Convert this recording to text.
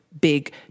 big